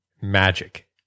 Magic